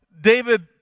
David